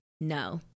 No